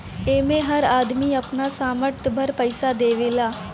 एमे हर आदमी अपना सामर्थ भर पईसा देवेला